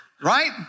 right